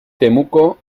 temuco